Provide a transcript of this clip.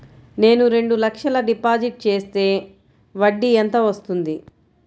నేను రెండు లక్షల డిపాజిట్ చేస్తే వడ్డీ ఎంత వస్తుంది?